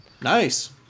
Nice